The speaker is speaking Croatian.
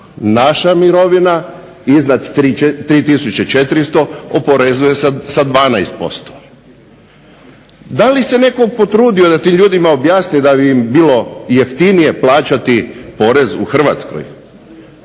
Naša mirovina iznad 3400 oporezuje se sa 12%. Da li se netko potrudio da tim ljudima objasni da bi im bilo jeftinije plaćati porez u Hrvatskoj.